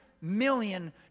Million